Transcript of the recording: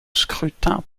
scrutin